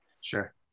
Sure